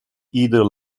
either